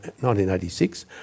1986